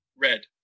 Red